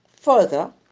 further